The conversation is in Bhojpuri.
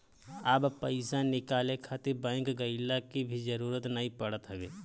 अब पईसा निकाले खातिर बैंक गइला के भी जरुरत नाइ पड़त हवे